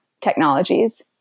technologies